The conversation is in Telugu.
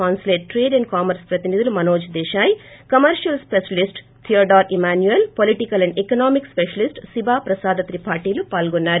కాన్పులేట్ ట్రేడ్ అండ్ కామర్ప ప్రతినిధులు Manoj Desai commercial specialist Theodore Emmanuel political and economic specialist Siba Prasada త్రిపాఠిలు పాల్గొన్నారు